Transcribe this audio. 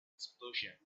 explosion